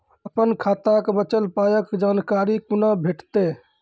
अपन खाताक बचल पायक जानकारी कूना भेटतै?